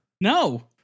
No